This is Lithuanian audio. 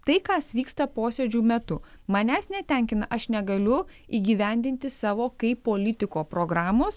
tai kas vyksta posėdžių metu manęs netenkina aš negaliu įgyvendinti savo kaip politiko programos